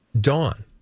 Dawn